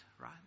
right